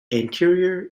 anterior